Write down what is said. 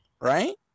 right